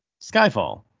Skyfall